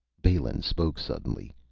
balin spoke suddenly.